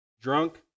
Drunk